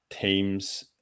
teams